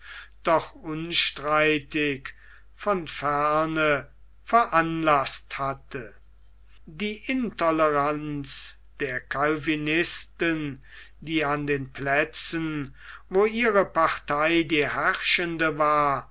doch unstreitig von ferne veranlaßt hatte die intoleranz der calvinisten die an den plätzen wo ihre partei die herrschende war